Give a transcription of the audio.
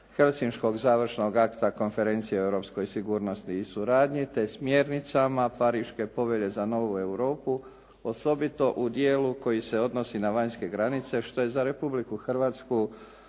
Helsinškog završnog akta Konferencije o europskoj sigurnosti i suradnji, te smjernicama Pariške povelje za novu Europu osobito u dijelu koji se odnosi na vanjske granice što je za Republiku Hrvatsku